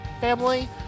family